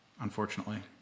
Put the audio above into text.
unfortunately